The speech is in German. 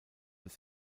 bis